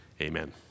Amen